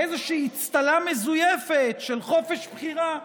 באיזושהי אצטלה מזויפת של חופש בחירה.